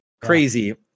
crazy